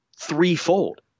threefold